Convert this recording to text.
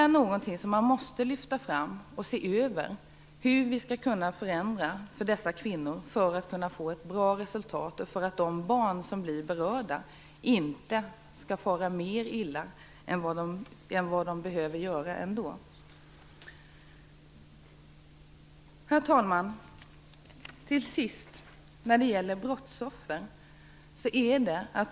Vi måste se över hur situationen för dessa kvinnor skall kunna förändras så att det blir ett bra resultat och så att de barn som blir berörda inte behöver fara mer illa än vad de redan gör. Herr talman!